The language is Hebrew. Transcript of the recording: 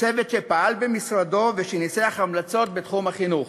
בצוות שפעל במשרדו ושניסח המלצות בתחום החינוך.